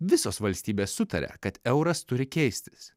visos valstybės sutaria kad euras turi keistis